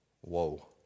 Whoa